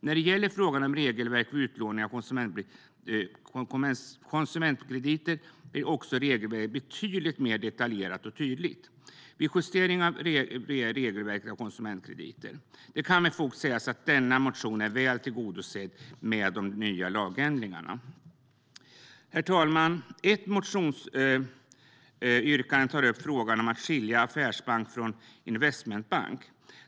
När det gäller frågan om regelverk vid utlåning av konsumentkrediter blev regelverket också betydligt mer detaljerat och tydligt vid justeringen. Det kan med fog sägas att denna motion är väl tillgodosedd i och med de nya lagändringarna. Herr talman! I ett motionsyrkande tas frågan om att skilja affärsbanker från investmentbanker upp.